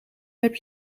heb